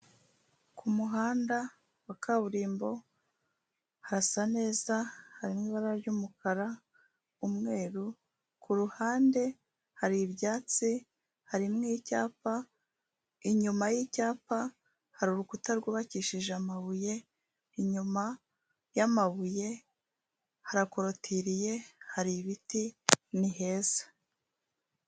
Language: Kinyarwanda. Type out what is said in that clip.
Ku muhanda wa kaburimbo harasa neza, harimo ibara ry'umukara, umweru, ku ruhande hari ibyatsi, harimo icyapa, inyuma y'icyapa hari urukuta rwubakishije amabuye, inyuma y,amabuye, harakorotiriye, hari ibiti, ni heza.